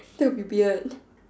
that would be weird